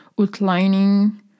outlining